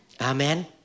Amen